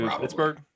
Pittsburgh